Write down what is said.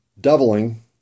doubling